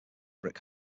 brick